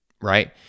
right